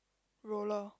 roller